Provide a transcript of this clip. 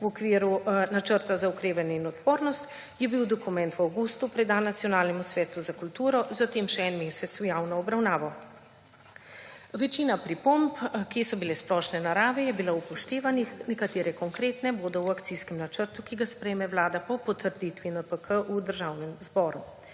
v okviru načrta za okrevanje in odpornost je bil dokument v avgustu predan Nacionalnemu svetu za kulturo, zatem še en mesec v javno obravnavo. Večina pripomb, ki so bile splošne narave, je bilo upoštevanih, nekatere konkretne bodo v akcijskem načrtu, ki ga sprejme Vlada po potrditvi NPK **36.